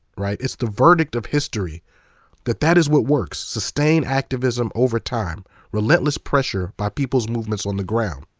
right? it's the verdict of history that that is what works. sustained activism over time, relentless pressure by people's movements on the ground.